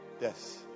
Yes